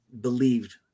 believed